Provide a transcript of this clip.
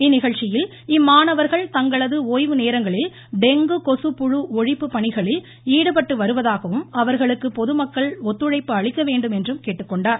இந்நிகழ்ச்சியில் இம்மாணவர்கள் தங்களது ஓய்வு நேரங்களில் டெங்கு கொசுப்புழு ஒழிப்பு பணிகளில் ஈடுபட்டு வருவதாகவும் அவர்களுக்கு பொதுமக்கள் ஒத்துழைப்பு அளிக்க வேண்டும் என்றும் கேட்டுக்கொண்டார்